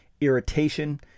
irritation